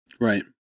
Right